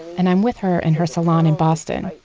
and i'm with her and her salon in boston,